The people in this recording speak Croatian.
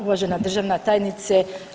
Uvažena državna tajnice.